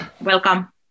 welcome